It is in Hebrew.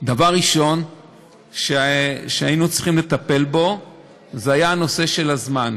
הדבר הראשון שהיינו צריכים לטפל בו היה הנושא של הזמן,